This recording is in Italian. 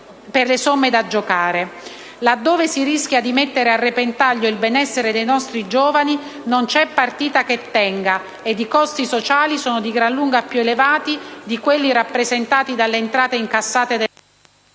per le somme da giocare. Laddove si rischia di mettere a repentaglio il benessere dei nostri giovani, non c'è partita che tenga, ed i costi sociali sono di gran lunga più elevati di quelli rappresentati dalle entrate... *(Il microfono